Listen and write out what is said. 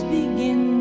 begin